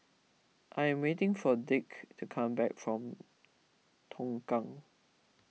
I am waiting for Dick to come back from Tongkang